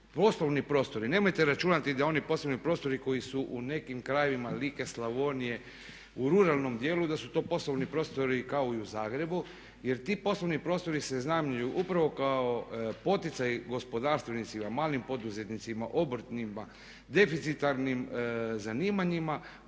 poslovni prostori, nemojte računati da oni poslovni prostori koji su u nekim krajevima Like, Slavonije u ruralnom dijelu da su to poslovni prostori kao i u Zagrebu jer ti poslovni prostori se iznajmljuju upravo kao poticaj gospodarstvenicima, malim poduzetnicima, obrtnicima, deficitarnim zanimanjima